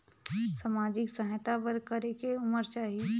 समाजिक सहायता बर करेके उमर चाही?